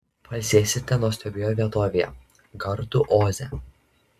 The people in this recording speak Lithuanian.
pailsėsite nuostabioje vietovėje gardų oze